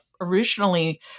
originally